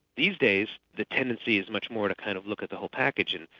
these days, the tendency is much more to kind of look at the whole packaging.